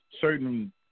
certain